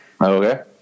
Okay